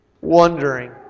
wondering